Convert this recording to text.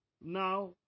now